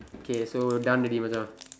okay so done already Macha